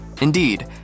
Indeed